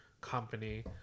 company